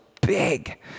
big